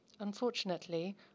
Unfortunately